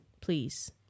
please